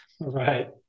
Right